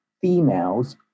females